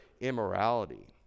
immorality